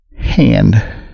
hand